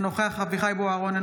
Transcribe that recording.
אינו נוכח אביחי אברהם בוארון,